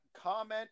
comment